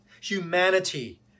Humanity